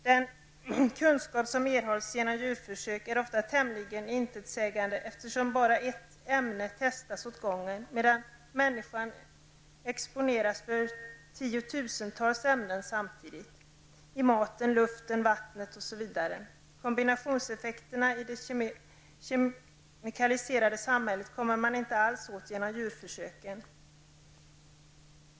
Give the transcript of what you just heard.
Den kunskap som erhålls genom djurförsök är ofta tämligen intetsägande, eftersom bara ett ämne testas åt gången, medan människan exponeras för tiotusentals ämnen samtidigt i maten, luften, vatten osv. Kombinationseffekterna i det kemikaliserade samhället kommer man inte alls åt genom djurförsöken.